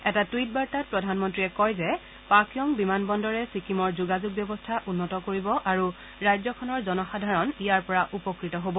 এটা টুইট বাৰ্তাত প্ৰধানমন্ত্ৰীয়ে কয় যে পাকয়ং বিমান বন্দৰে ছিকিমৰ যোগাযোগ ব্যৱস্থা উন্নত কৰিব আৰু ৰাজ্যখনৰ জনসাধাৰণ ইয়াৰ পৰা উপকৃত হ'ব